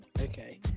Okay